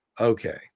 okay